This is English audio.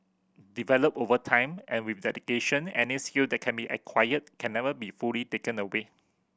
developed over time and with dedication any skill that can be acquired can never be fully taken away